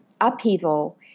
upheaval